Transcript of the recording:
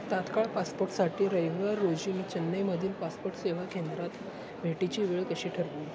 तत्काळ पासपोटसाठी रविवार रोजी चेन्नईमधील पासपोट सेवा केंद्रात भेटीची वेळ कशी ठरली